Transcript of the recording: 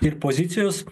ir pozicijos